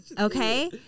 Okay